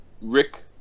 Rick